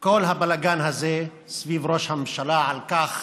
כל הבלגן הזה סביב ראש הממשלה על כך